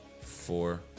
four